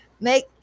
make